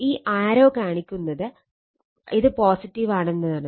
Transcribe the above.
ഈ ആരോ കാണിക്കുന്നത് ഇത് പോസിറ്റീവാണെന്നാണ്